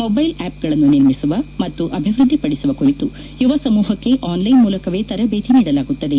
mobile ಆಪ್ಗಳನ್ನು ನಿರ್ಮಿಸುವ ಮತ್ತು ಅಭಿವೃದ್ದಿಪಡಿಸುವ ಕುರಿತು ಯುವ ಸಮೂಹಕ್ಕೆ ಆನ್ಲ್ಲೆನ್ ಮೂಲಕವೇ ತರಬೇತಿ ನೀಡಲಾಗುತ್ತದೆ